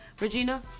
Regina